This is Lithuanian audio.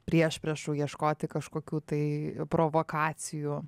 priešpriešų ieškoti kažkokių tai provokacijų